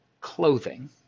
clothing